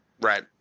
Right